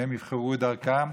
שהם יבחרו את דרכם.